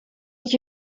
age